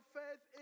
faith